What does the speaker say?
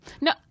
No